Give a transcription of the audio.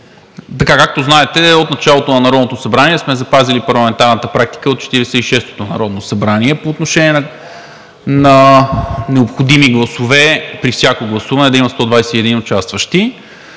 Както знаете, от началото на Народното събрание сме запазили парламентарната практика от Четиридесет и шестото народно събрание по отношение на необходими гласове при всяко гласуване да има 121 участващи.